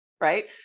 right